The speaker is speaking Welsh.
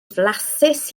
flasus